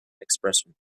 expression